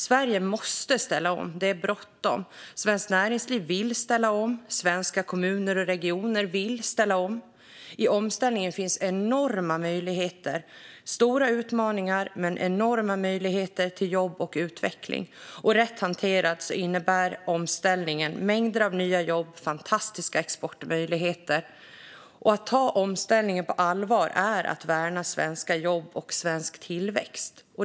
Sverige måste ställa om - det är bråttom. Svenskt näringsliv vill ställa om, liksom svenska kommuner och regioner. I omställningen finns stora utmaningar men också enorma möjligheter till jobb och utveckling. Rätt hanterad innebär omställningen mängder av nya jobb och fantastiska exportmöjligheter. Att ta omställningen på allvar är att värna svenska jobb och svensk tillväxt.